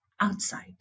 outside